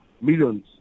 millions